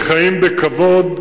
לחיים בכבוד,